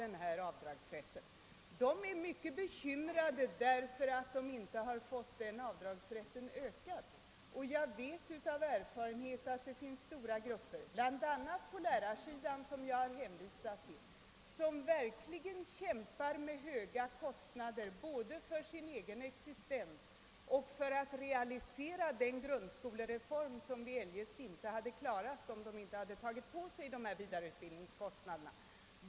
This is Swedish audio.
De här människorna är mycket bekymrade därför att de inte har fått rätt till större avdrag, och jag vet av erfarenhet att det finns stora grupper, bl.a. på lärarsidan som jag tidigare talat om, som verkligen kämpar med höga kostnader för både sin egen existens och realiserandet av den grundskolereform som vi inte klarat, om de inte tagit på sig vidareutbildningskostnaderna.